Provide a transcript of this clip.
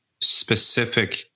specific